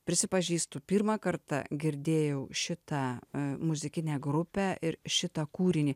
prisipažįstu pirmą kartą girdėjau šitą muzikinę grupę ir šitą kūrinį